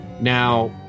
Now